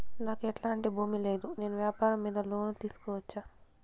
నాకు ఎట్లాంటి భూమి లేదు నేను వ్యాపారం మీద లోను తీసుకోవచ్చా?